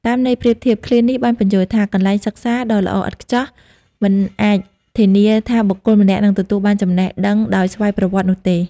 តាមន័យប្រៀបធៀប ឃ្លានេះបានពន្យល់ថា កន្លែងសិក្សាដ៏ល្អឥតខ្ចោះ មិនអាចធានាថាបុគ្គលម្នាក់នឹងទទួលបានចំណេះដឹងដោយស្វ័យប្រវត្តិនោះទេ។